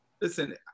Listen